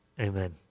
amen